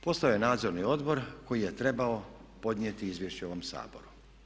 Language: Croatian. Postojao je nadzorni odbor koji je trebao podnijeti izvješće ovom Saboru.